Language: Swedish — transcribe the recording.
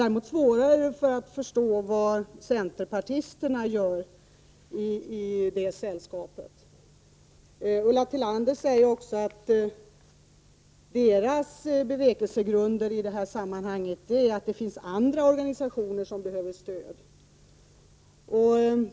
Jag har svårare att förstå vad centerpartisterna gör i det sällskapet. Ulla Tillander säger att centerns bevekelsegrund i detta sammanhang är att det finns andra organisationer som behöver stöd.